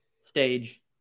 stage